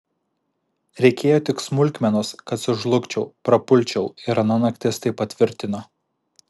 reikėjo tik smulkmenos kad sužlugčiau prapulčiau ir ana naktis tai patvirtino